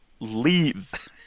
leave